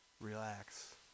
relax